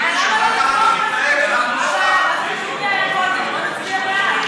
נצביע בעד.